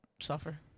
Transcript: suffer